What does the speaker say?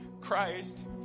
christ